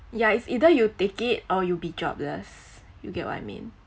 yeah it's either you take it or you'll be jobless you get what I mean